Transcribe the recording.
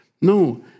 no